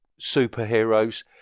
superheroes